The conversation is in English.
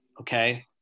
okay